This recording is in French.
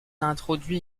introduit